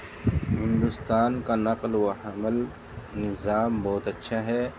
ہندوستان کا نقل و حمل نظام بہت اچھا ہے